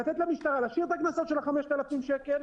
לתת למשטרה, להשאיר את הקנסות של 5,000 שקל.